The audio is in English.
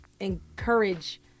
encourage